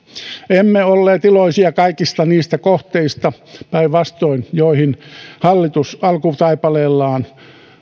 emme olleet iloisia kaikista niistä kohteista päinvastoin joihin hallitus alkutaipaleellaan